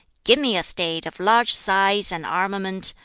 give me a state of large size and armament,